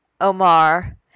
Omar